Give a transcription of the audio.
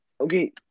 Okay